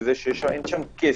אין כסף.